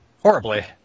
Horribly